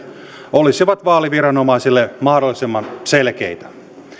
olisivat vaaliviranomaisille mahdollisimman selkeitä